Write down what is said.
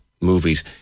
movies